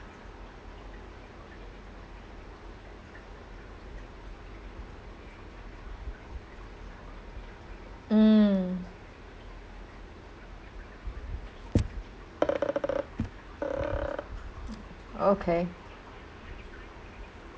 mm okay